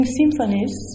symphonies